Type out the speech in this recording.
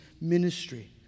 ministry